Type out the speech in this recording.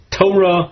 Torah